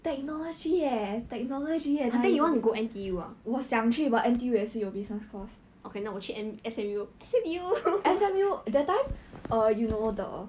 !huh! then you want to go N_T_U ah okay 那我去 N~ S_M_U S_M_U